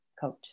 coach